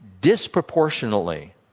disproportionately